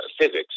physics